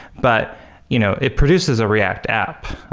but you know it produces a react app.